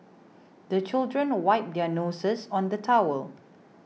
the children wipe their noses on the towel